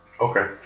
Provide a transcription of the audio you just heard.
Okay